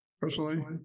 personally